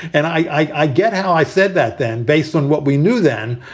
and i get how i said that then based on what we knew then.